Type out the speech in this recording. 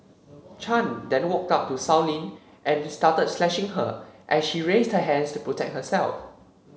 Chan then walked up to Sow Lin and started slashing her as she raised her hands to protect herself